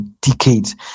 decades